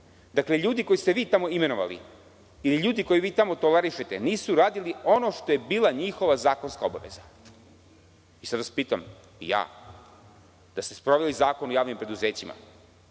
Dakle, ljudi koje ste vi tamo imenovali ili ljudi koje vi tamo tolerišete nisu radili ono što je bila njihova zakonska obaveza. Sada vas pitam ja, da ste sproveli Zakon o javnim preduzećima